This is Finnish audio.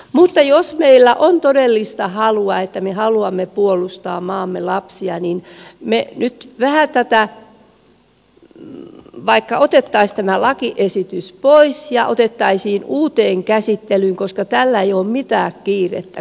mutta jos meillä on todellista halua että me haluamme puolustaa maamme lapsia niin jos vaikka otettaisiin tämä lakiesitys pois ja otettaisiin uuteen käsittelyyn koska tällä ei ole mitään kiirettä